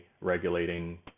regulating